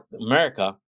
America